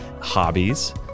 hobbies